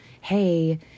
hey